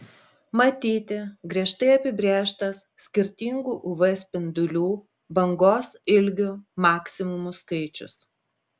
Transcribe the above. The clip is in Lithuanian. matyti griežtai apibrėžtas skirtingų uv spindulių bangos ilgių maksimumų skaičius